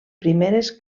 primeres